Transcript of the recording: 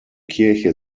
kirche